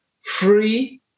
free